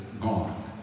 gone